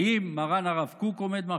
האם מרן הרב קוק עומד מאחוריך?